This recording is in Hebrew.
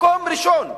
מקום ראשון.